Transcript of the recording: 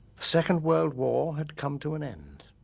second world war had come to an end.